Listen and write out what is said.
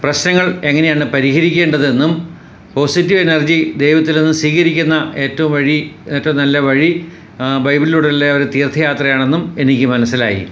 പ്രശ്നങ്ങൾ എങ്ങനെയാണ് പരിഹരിക്കേണ്ടതെന്നും പോസിറ്റീവ് എനർജി ദൈവത്തിൽ നിന്ന് സ്വീകരിക്കുന്ന ഏറ്റവും വഴി ഏറ്റവും നല്ല വഴി ബൈബിളിലൂടെയുള്ള ഒരു തീർത്ഥ യാത്രയാണെന്നും എനിക്ക് മനസ്സിലായി